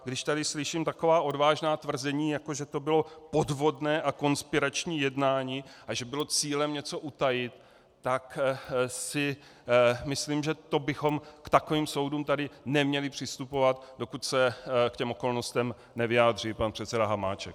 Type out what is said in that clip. Když tady slyším taková odvážná tvrzení, jako že to bylo podvodné a konspirační jednání a že bylo cílem něco utajit, tak si myslím, že k takovým soudům bychom tady neměli přistupovat, dokud se k těm okolnostem nevyjádří pan předseda Hamáček.